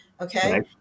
Okay